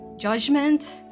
Judgment